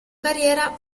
carriera